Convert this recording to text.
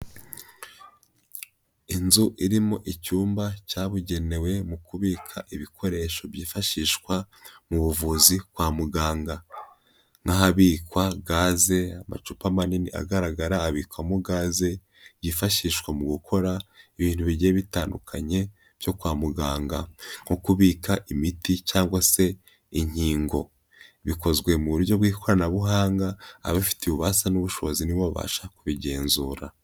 Inzu irimo icyumba cyabugenewe mu kubika ibikoresho byifashishwa mu buvuzi kwa muganga, nk'ahabikwa gaze, amacupa manini agaragara abikwamo gaze, yifashishwa mu gukora ibintu bigiye bitandukanye byo kwa muganga, nko kubika imiti cyangwa se inkingo, bikozwe mu buryo bw'ikoranabuhanga ababifitiye ububasha n'ubushobozi ni bo babasha kubigenzura.